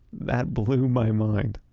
that blew my mind.